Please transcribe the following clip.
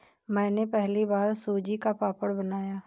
मैंने पहली बार सूजी का पापड़ बनाया